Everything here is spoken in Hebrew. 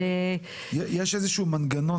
יש איזשהו מנגנון,